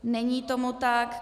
Není tomu tak.